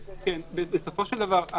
בסופו של דבר,